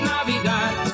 Navidad